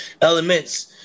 elements